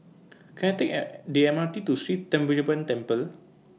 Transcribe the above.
Can I Take An The M R T to Sri Thendayuthapani Temple